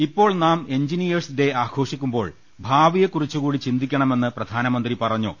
ഇപ്പോൾ നാം engineers day ആഘോഷിക്കുമ്പോൾ ഭാവിയെക്കുറിച്ചുകൂടി ചിന്തിക്കണമെന്ന് പ്രധാനമന്ത്രി പറഞ്ഞു